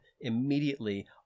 immediately